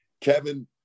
Kevin